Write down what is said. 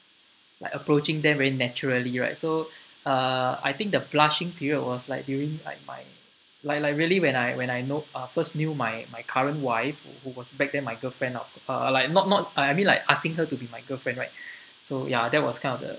like approaching them very naturally right so uh I think the blushing period was like during like my like like really when I when I know uh first knew my my current wife who was back then my girlfriend of uh like not not I mean like asking her to be my girlfriend right so ya that was kind of the